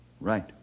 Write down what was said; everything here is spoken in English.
Right